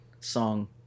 song